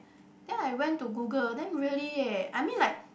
then I went to Google then really eh I mean like